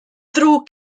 ddrwg